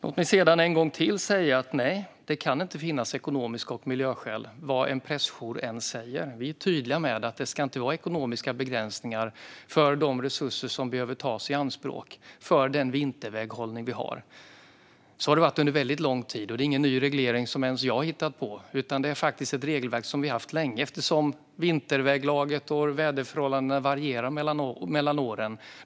Låt mig sedan en gång till säga: Nej, det kan inte finnas ekonomiska skäl och miljöskäl vad än en pressjour säger. Vi är tydliga med att det inte ska vara ekonomiska begränsningar för de resurser som behöver tas i anspråk för den vinterväghållning vi har. Så har det varit under en väldigt lång tid. Det är ingen ny reglering som jag har hittat på, utan det är faktiskt ett regelverk som vi har haft länge eftersom vinterväglaget och väderförhållandena varierar mellan åren.